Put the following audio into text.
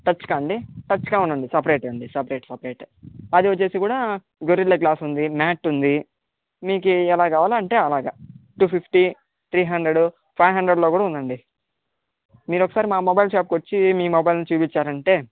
టచ్కా అండి టచ్కా అవునండి సపరేటే అండి సపరేట్ సపరేట్ అది వచ్చి కూడా గొరిల్లా గ్లాస్ ఉంది మ్యాట్ ఉంది మీకు ఎలా కావాలంటే అలాగ two fifty three hundred five హండ్రెడ్లో కూడా ఉందండి మీరొకసారి మా మొబైల్ షాప్కి వచ్చి మీ మొబైల్ని చుపిచ్చారంటే